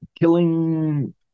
killing